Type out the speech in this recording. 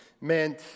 meant